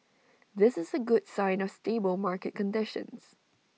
this is A good sign of stable market conditions